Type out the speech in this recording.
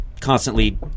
constantly